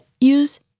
use